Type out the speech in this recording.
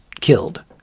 killed